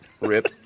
RIP